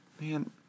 man